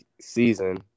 season